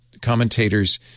commentators